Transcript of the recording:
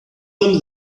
them